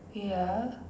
ya